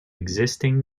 existing